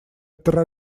тра